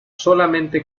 solamente